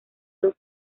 los